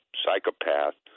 psychopath